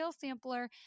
Sampler